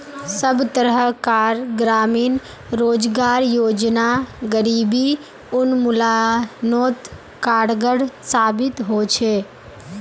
सब तरह कार ग्रामीण रोजगार योजना गरीबी उन्मुलानोत कारगर साबित होछे